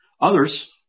Others